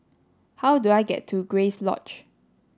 how do I get to Grace Lodge